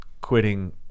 quitting